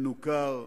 מנוכר,